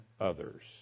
others